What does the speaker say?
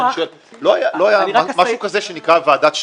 סליחה שאני שואל: לא היה משהו כזה שנקרא ועדת שטרום,